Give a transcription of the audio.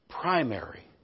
primary